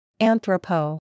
Anthropo